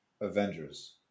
Avengers